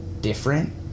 different